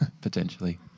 potentially